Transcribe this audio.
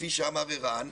כפי שאמר ערן,